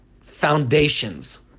foundations